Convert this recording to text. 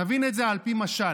נבין את זה על פי משל: